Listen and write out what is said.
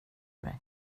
mig